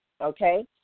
okay